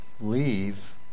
leave